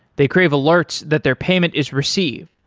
they crave alerts that their payment is received.